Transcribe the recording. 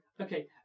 okay